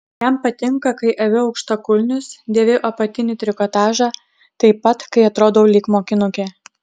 jam patinka kai aviu aukštakulnius dėviu apatinį trikotažą taip pat kai atrodau lyg mokinukė